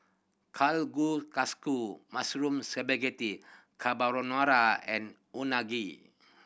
Kalguksu Mushroom Spaghetti Carbonara and Unagi